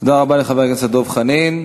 תודה רבה לחבר הכנסת דב חנין.